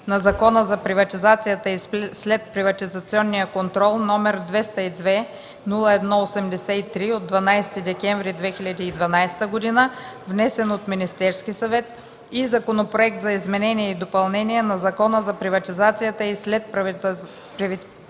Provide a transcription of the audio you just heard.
на Закона за приватизацията и следприватизационния контрол, № 202-01-83, от 12 декември 2012 г., внесен от Министерския съвет, и Законопроект за изменение и допълнение на Закона за приватизацията и следприватизационния